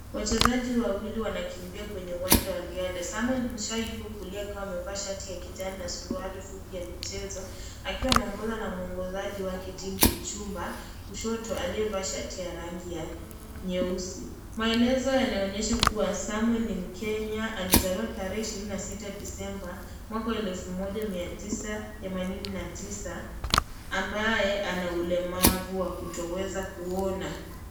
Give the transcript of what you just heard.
Wachezaji wawili wanakimbia kwenye uwanja wa riadha. Samwuel Muchai yuko kulia akiwa amevaa shati ya kijani na suruali fupi ya michezo akiwa anaongoza na mwongozaji wake June KIpchumba, kushoto, aliyevaa shati ya rangi ya nyeusi. Maelezo yanaonyesha kuwa samwel ni mkenya, alizaliwa tarehe 26, Disemba, 1989 ambaye ana ulemavu wa kutoweza kuona.